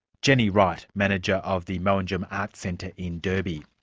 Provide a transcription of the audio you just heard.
jenny wright, manager of the mowanjum arts centre in derby.